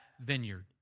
vineyard